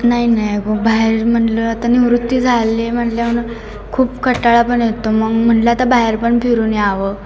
नाही नाही गो बाहेर म्हटलं आता निवृत्त झाले म्हटलं खूप कंटाळा पण येतो मग म्हटलं आता बाहेर पण फिरून यावं